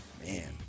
Man